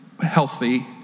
healthy